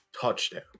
touchdown